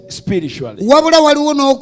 spiritually